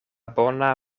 bona